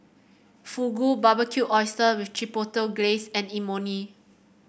Fugu Barbecued Oysters with Chipotle Glaze and Imoni